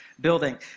building